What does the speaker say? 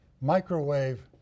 Microwave